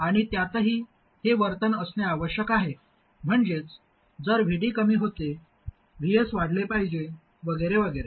आणि त्यातही हे वर्तन असणे आवश्यक आहे म्हणजेच जर VD कमी होते Vs वाढले पाहिजे वगैरे वगैरे